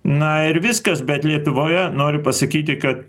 na ir viskas bet lietuvoje noriu pasakyti kad